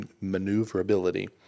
maneuverability